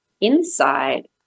inside